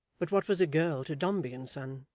but what was a girl to dombey and son!